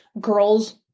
girls